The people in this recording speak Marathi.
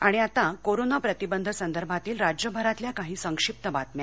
आणि आता कोरोना प्रतिबंध संदर्भातील राज्यभरातल्या काही संक्षिप्त बातम्या